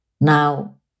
Now